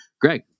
Greg